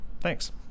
Thanks